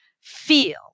feel